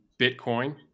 Bitcoin